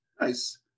nice